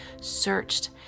searched